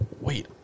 wait